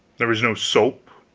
there was no soap,